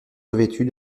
revêtue